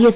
S